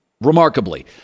remarkably